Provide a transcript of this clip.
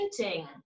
painting